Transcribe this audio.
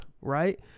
Right